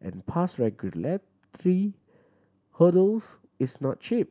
and past regulatory hurdles is not cheap